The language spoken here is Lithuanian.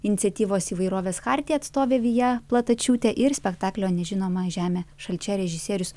iniciatyvos įvairovės chartija atstovė vija platačiūtė ir spektaklio nežinoma žemė šalčia režisierius